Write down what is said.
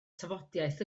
tafodiaith